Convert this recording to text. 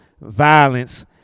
violence